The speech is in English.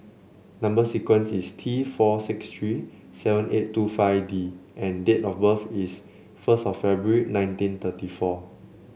number sequence is T four six three seven eight two five D and date of birth is first of February nineteen thirty four